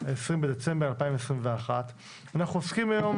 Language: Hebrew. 20 בדצמבר 2021. אנחנו עוסקים היום